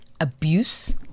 Abuse